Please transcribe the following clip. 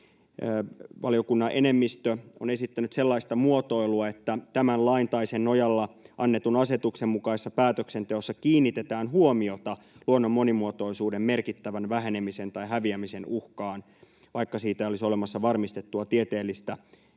Valiokunnan enemmistö on esittänyt sellaista muotoilua, että ”tämän lain tai sen nojalla annetun asetuksen mukaisessa päätöksenteossa kiinnitetään huomiota luonnon monimuotoisuuden merkittävän vähenemisen tai häviämisen uhkaan, vaikka siitä ei olisi olemassa varmistettua tieteellistä